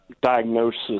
diagnosis